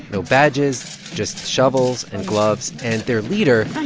no badges just shovels and gloves. and their leader.